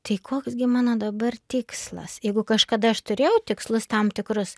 tai koks gi mano dabar tikslas jeigu kažkada aš turėjau tikslus tam tikrus